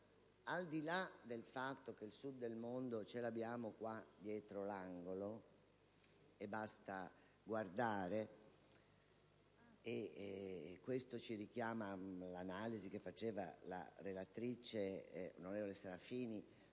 Al di là del fatto che il Sud del mondo ce l'abbiamo dietro l'angolo, e basta guardare (questo ci richiama all'analisi che faceva la relatrice, senatrice Serafini,